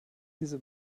diese